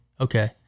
Okay